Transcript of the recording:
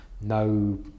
no